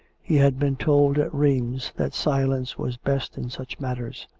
he had been told at rheims that silence was best in such matters.